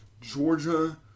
Georgia